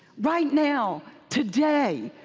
right now, today.